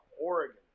Oregon